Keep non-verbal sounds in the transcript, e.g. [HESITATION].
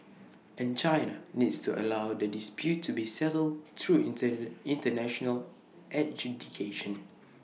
and China needs to allow the dispute to be settled through [HESITATION] International adjudication